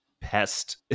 pest